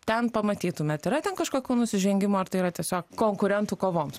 ten pamatytumėt yra ten kažkokių nusižengimų ar tai yra tiesiog konkurentų kovoms